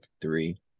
three